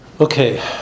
Okay